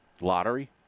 Lottery